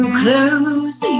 close